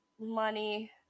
money